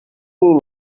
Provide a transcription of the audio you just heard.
tina